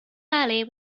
early